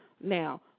now